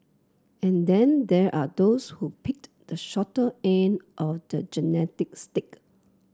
and then there are those who picked the shorter end of the genetic stick